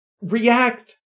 react